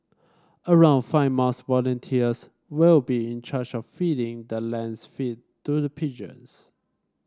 around five mosque volunteers will be in charge of feeding the laced feed to the pigeons